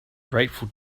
grateful